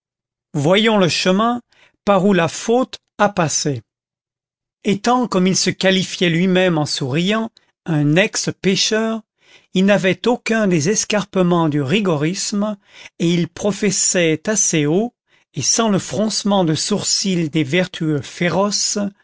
voyons le chemin par où la faute a passé étant comme il se qualifiait lui-même en souriant un ex pécheur il n'avait aucun des escarpements du rigorisme et il professait assez haut et sans le froncement de sourcil des vertueux féroces